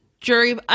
jury